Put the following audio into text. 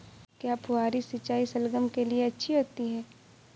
क्या फुहारी सिंचाई शलगम के लिए अच्छी होती है?